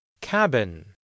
Cabin